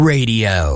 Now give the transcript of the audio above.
Radio